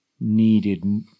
needed